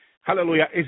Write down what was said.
hallelujah